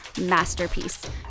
masterpiece